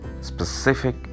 Specific